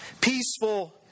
peaceful